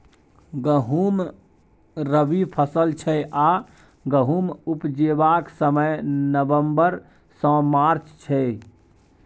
गहुँम रबी फसल छै आ गहुम उपजेबाक समय नबंबर सँ मार्च छै